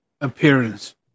appearance